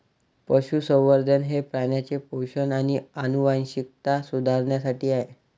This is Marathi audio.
पशुसंवर्धन हे प्राण्यांचे पोषण आणि आनुवंशिकता सुधारण्यासाठी आहे